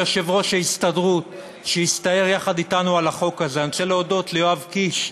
אני רוצה להודות ליושב-ראש ההסתדרות,